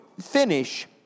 Finish